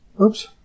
oops